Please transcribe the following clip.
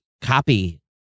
copy